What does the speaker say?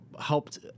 helped –